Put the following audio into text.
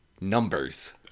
numbers